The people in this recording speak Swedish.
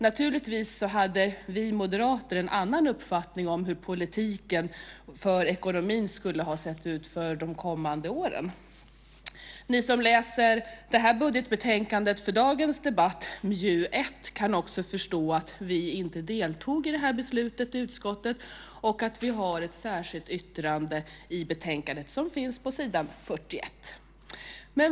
Naturligtvis hade vi moderater en annan uppfattning om hur politiken för ekonomin skulle se ut för de kommande åren. Ni som läser detta budgetbetänkande för dagens debatt, MJU1, kan då också förstå att vi inte deltog i detta beslut i utskottet och att vi har ett särskilt yttrande i betänkandet som finns på s. 41.